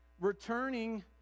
returning